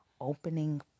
opening